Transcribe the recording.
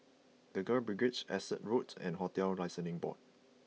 The Girls Brigade Essex Road and Hotels Licensing Board